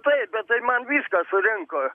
taip bet tai man viską surinko